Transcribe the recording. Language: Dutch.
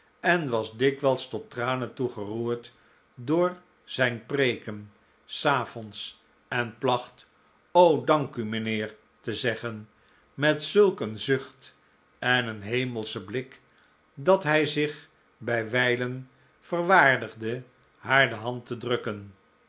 en was dikwijls tot tranen toe geroerd door zijn preeken savonds en placht o dank u mijnheer te zeggen met zulk een zucht en een hemelschen blik dat hij zich bijwijlen verwaardigde haar de hand te drukken